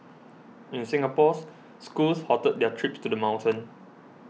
in Singapore's schools halted their trips to the mountain